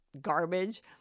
garbage